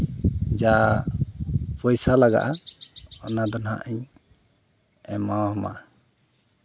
ᱡᱟ ᱯᱚᱭᱥᱟ ᱞᱟᱜᱟᱜᱼᱟ ᱚᱱᱟᱫᱚ ᱦᱟᱸᱜ ᱤᱧ ᱮᱢᱟᱣ ᱟᱢᱟ